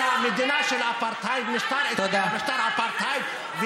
אלא מדינה של אפרטהייד, משטר אפרטהייד, תודה.